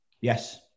Yes